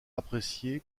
apprécié